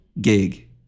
gig